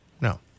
no